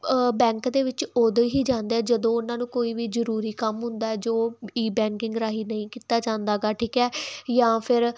bank ਦੇ ਵਿੱਚ ਉਦੋਂ ਹੀ ਜਾਂਦੇ ਹੈ ਜਦੋਂ ਉਹਨਾਂ ਨੂੰ ਕੋਈ ਵੀ ਜ਼ਰੂਰੀ ਕੰਮ ਹੁੰਦਾ ਹੈ ਜੋ ਈਬੈਂਕਿੰਗ ਰਾਹੀਂ ਨਹੀਂ ਕੀਤਾ ਜਾਂਦਾ ਗਾ ਠੀਕ ਹੈ ਜਾਂ ਫਿਰ